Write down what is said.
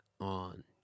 on